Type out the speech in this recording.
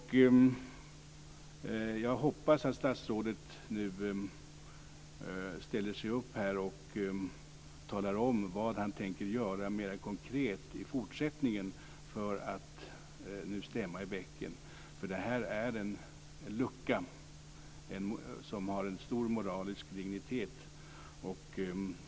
Jag hoppas att statsrådet nu ställer sig upp och här talar om vad han tänker göra mer konkret i fortsättningen för att stämma i bäcken. Det här är en lucka som har stor moralisk betydelse.